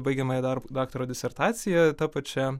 baigiamąjį darbą daktaro disertaciją ta pačia